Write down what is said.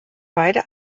beide